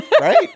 right